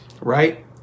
right